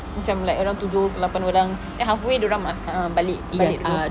macam like around tujuh ke lapan orang then halfway dorang aka~ uh balik tidur